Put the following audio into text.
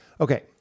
Okay